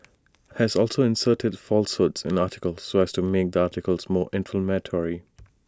has also inserted falsehoods in articles so as to make the articles more inflammatory